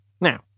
Now